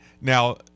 Now